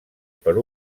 per